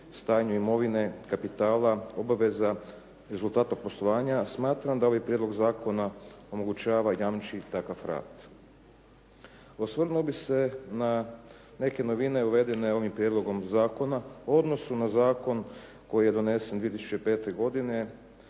stanju imovine, kapitala, obaveza, rezultata poslovanja smatram da ovaj prijedlog zakona omogućava i jamči takav rad. Osvrnuo bih se na neke novine uvedene ovim prijedlogom zakona u odnosu na zakon koji je donesen 2005. godine